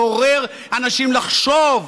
לעורר אנשים לחשוב,